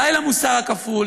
די למוסר הכפול,